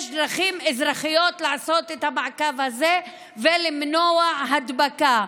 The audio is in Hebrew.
יש דרכים אזרחיות לעשות את המעקב הזה ולמנוע הדבקה.